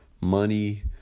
money